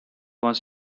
wants